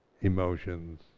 emotions